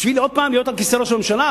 בשביל עוד פעם להיות על כיסא ראש הממשלה?